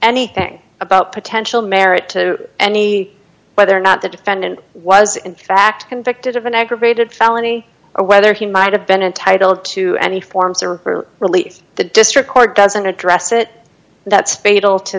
anything about potential merit to any whether or not the defendant was in fact convicted of an aggravated felony or whether he might have been entitled to any forms or release the district court doesn't address it that